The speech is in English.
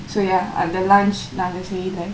so ya அந்த:andtha lunch நாங்க செய்யல:naangka seiyalle